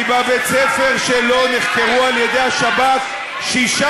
כי בבית-הספר שלו נחקרו על-ידי השב"כ שישה